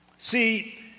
See